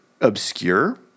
obscure